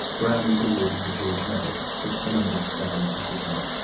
brown was awarded the george medal its youngest ever recipient.